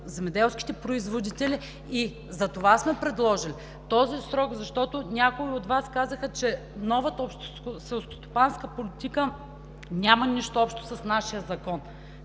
земеделските производители и затова сме предложили този срок, защото някои от Вас казаха, че новата селскостопанска политика няма нищо общо с нашия закон.